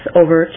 over